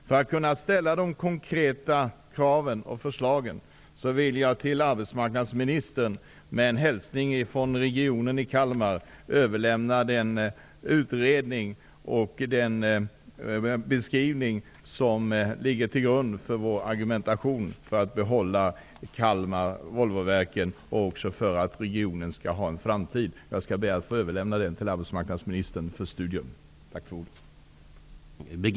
För att regeringen skall kunna komma med konkreta förslag och ställa krav vill jag till arbetsmarknadsministern -- med en hälsning från Kalmarregionen -- överlämna den utredning och beskrivning som ligger till grund för vår argumentation för att behålla Volvo Kalmarverken för att regionen skall ha en framtid. Jag ber att få överlämna den till arbetsmarknadsministern för studium.